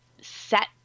set